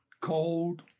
cold